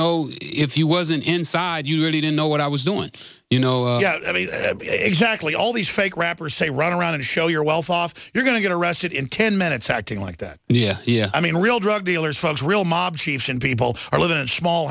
know if you wasn't inside you really didn't know what i was doing you know exactly all these fake rappers say run around and show your wealth off you're going to get arrested in ten minutes acting like that and yeah yeah i mean real drug dealers folks real mob chiefs and people are living in small